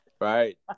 Right